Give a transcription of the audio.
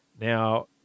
Now